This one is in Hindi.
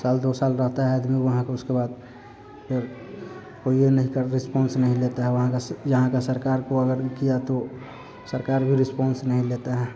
साल दो साल रहता है आदमी वहाँ पर उसके बाद वह यह नहीं कर रिस्पान्स नहीं लेता है वहाँ का स यहाँ की सरकार को अगर किया तो सरकार भी रिस्पान्स नहीं लेती है